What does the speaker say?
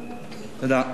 לך,